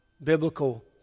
biblical